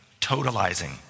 totalizing